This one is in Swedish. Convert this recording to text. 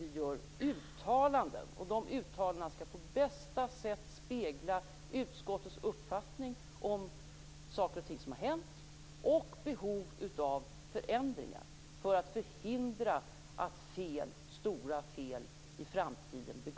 Vi gör uttalanden, och dessa uttalanden skall på bästa sätt spegla utskottets uppfattning om saker och ting som har hänt och om behov av förändringar för att förhindra att stora fel begås i framtiden.